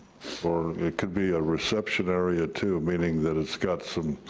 or it could be a reception area, too. meaning that it's got some